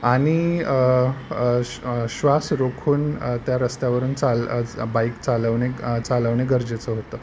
आणि श श्वास रोखून त्या रस्त्यावरून चाल बाईक चालवणे चालवणे गरजेचं होतं